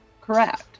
correct